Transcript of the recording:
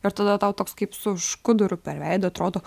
ir tada tau toks kaip su škuduru per veidą atrodo